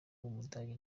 w’umudage